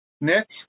Nick